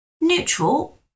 neutral